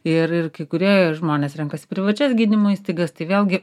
ir ir kai kurie žmonės renkasi privačias gydymo įstaigas tai vėlgi